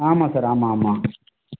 ஆமாம் சார் ஆமாம் ஆமாம்